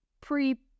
pre